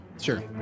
Sure